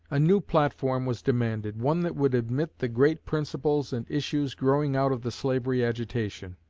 a new platform was demanded, one that would admit the great principles and issues growing out of the slavery agitation.